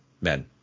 men